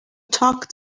talk